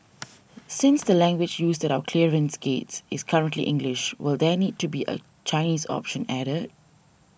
since the language used at our clearance gates is currently English will there need to be a Chinese option added